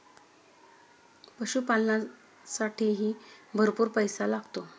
पशुपालनालासाठीही भरपूर पैसा लागतो